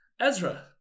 Ezra